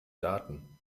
daten